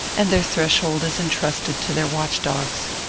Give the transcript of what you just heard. and their threshold is intrusted to their watch-dogs.